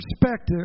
perspective